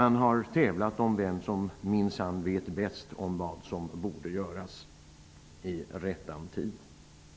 Man har tävlat om vem som minsann vet bäst om vad som borde göras i rättan tid.